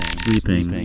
sleeping